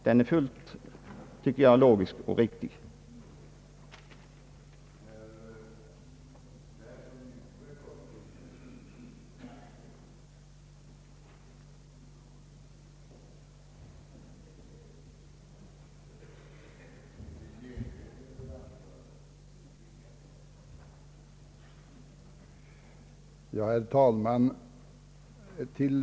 Den är fullt logisk och riktig, tycker jag.